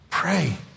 pray